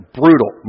brutal